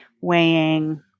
weighing